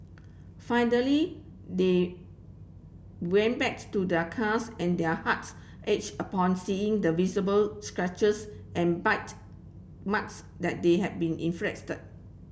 finally they went back to their cars and their hearts ached upon seeing the visible scratches and bite marks that they had been inflicted